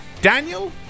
Daniel